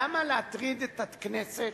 למה להטריד את הכנסת?